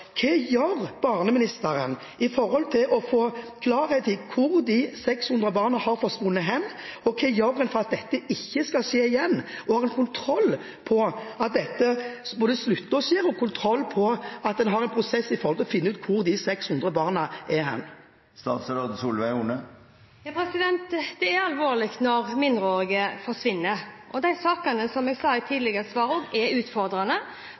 Hva gjør barneministeren for å få klarhet i hvor de 600 barna har forsvunnet hen? Hva gjør vi for at dette ikke skal skje igjen, for å få kontroll på at dette slutter å skje, og kontroll på at en har en prosess for å finne ut hvor de 600 barna er hen? Det er alvorlig når mindreårige forsvinner, og de sakene, som jeg sa i et tidligere svar, er utfordrende,